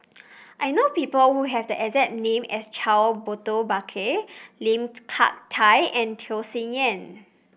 I know people who have the exact name as Charles Burton Buckley Lim Hak Tai and Tham Sien Yen